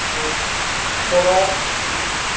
কৰাৰ